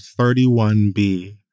31B